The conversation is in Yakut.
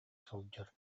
сылдьар